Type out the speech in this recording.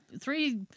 three